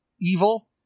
evil